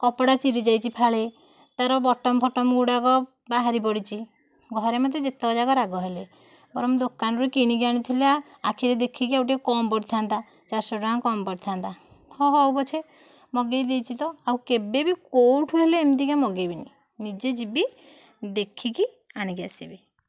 କପଡ଼ା ଚିରି ଯାଇଛି ଫାଳେ ତାର ବଟନ୍ ଫଟମ ଗୁଡ଼ାକ ବାହାରି ପଡ଼ିଛି ଘରେ ମୋତେ ଯେତକଯାକ ରାଗ ହେଲେ ବରଂ ଦୋକାନରୁ କିଣିକି ଆଣିଥିଲେ ଆଖିରେ ଦେଖିକି ଆଉ ଟିକିଏ କମ ପଡ଼ିଥାନ୍ତା ଚାରିଶହ ଟଙ୍କା କମ ପଡ଼ିଥାନ୍ତା ହଁ ହେଉ ପଛେ ମଗେଇଦେଇଛି ତ ଆଉ କେବେବି କେଉଁଠାରୁ ହେଲେ ଏମିତିକା ମଗେଇବିନି ନିଜେ ଯିବି ଦେଖିକି ଆଣିକି ଆସିବି